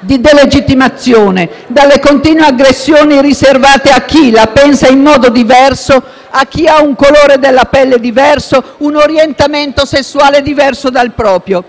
di delegittimazione, dalle continue aggressioni riservate a chi la pensa in modo diverso, a chi ha un colore della pelle diverso e un orientamento sessuale diverso dal proprio.